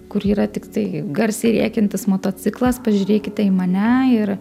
kur yra tiktai garsiai rėkiantis motociklas pažiūrėkite į mane ir